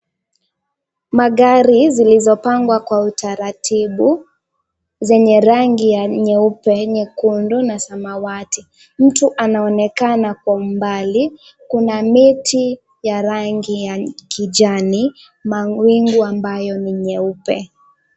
Magari zilizopangwa kwa utaratibu zenye rangi ya nyeupe, nyekundu na samawati. Mtu anaonekana kwa umbali. Kuna miti ya rangi ya kijani, mawingu ambayo ni nyeupe.